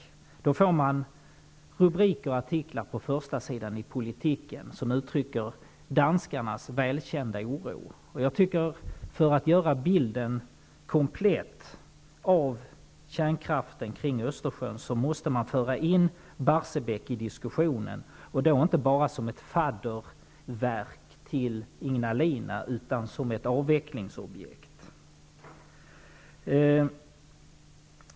Då blir det artiklar och rubriker på första sidan i Politiken, som uttrycker danskarnas välkända oro. För att göra bilden av kärnkraften runt Östersjön komplett måste man föra in Barsebäck i diskussionen, inte bara som ett fadderverk till Ignalina utan som ett avvecklingsobjekt.